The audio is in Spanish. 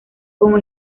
como